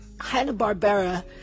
Hanna-Barbera